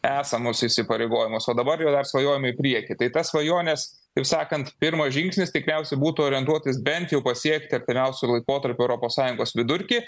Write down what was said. esamus įsipareigojimus o dabar jau dar svajojam į priekį tai tas svajonės taip sakant pirmas žingsnis tikriausiai būtų orientuotis bent jau pasiekti artimiausiu laikotarpiu europos sąjungos vidurkį